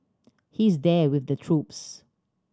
he's there with the troops